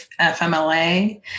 FMLA